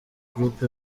group